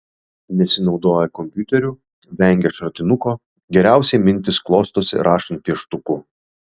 nesinaudoja kompiuteriu vengia šratinuko geriausiai mintys klostosi rašant pieštuku